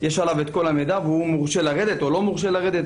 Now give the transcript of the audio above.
יש עליו את כל המידע והוא מורשה לרדת או לא מורשה לרדת,